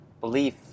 belief